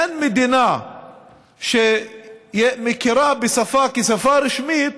אין מדינה שמכירה בשפה כשפה רשמית